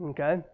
Okay